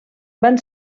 van